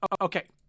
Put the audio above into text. Okay